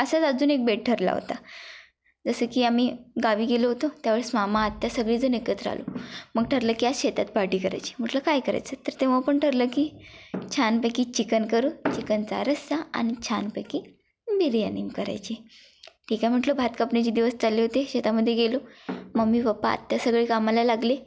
असंच अजून एक बेत ठरला होता जसं की आम्ही गावी गेलो होतो त्यावेळेस मामा आत्त्या सगळीजण एकत्र आलो मग ठरलं की आज शेतात पार्टी करायची म्हटलं काय करायचं तर तेव्हा पण ठरलं की छानपैकी चिकन करू चिकनचा रस्सा आणि छानपैकी बिर्याणी करायची ठीक आहे म्हटलं भात कापणीचे दिवस चालले होते शेतामध्ये गेलो मम्मी पप्पा आत्या सगळी कामाला लागले